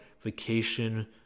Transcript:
vacation